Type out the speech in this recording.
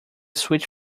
switch